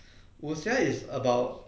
武侠 is about